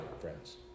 friends